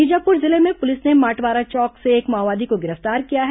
बीजापुर जिले में पुलिस ने माटवाड़ा चौक से एक माओवादी को गिरफ्तार किया है